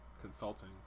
consulting